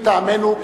מטעמנו,